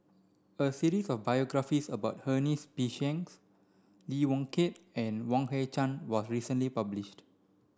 a series of biographies about Ernest P Shanks Lee Yong Kiat and Yan Hui Chang was recently published